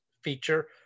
feature